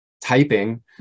typing